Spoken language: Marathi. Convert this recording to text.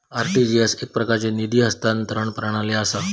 आर.टी.जी.एस एकप्रकारची निधी हस्तांतरण प्रणाली असा